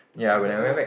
ya when I went back